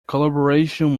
collaboration